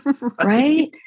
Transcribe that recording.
Right